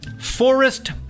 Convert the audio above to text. Forest